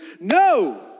No